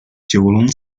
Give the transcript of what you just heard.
九龙